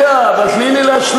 רגע, אבל תני לי להשלים.